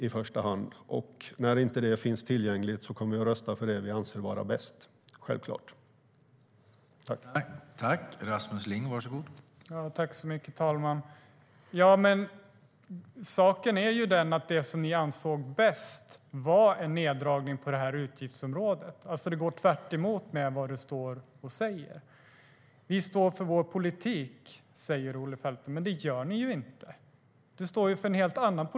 När det inte finns tillgängligt kommer vi att rösta på det som vi anser vara bäst, självklart.